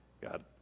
God